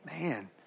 Man